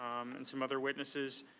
and some other witnesses.